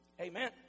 Amen